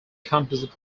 composite